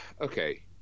okay